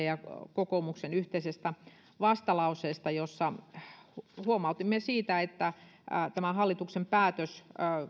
ja kokoomuksen yhteisestä vastalauseesta jossa huomautimme siitä että tämä hallituksen päätös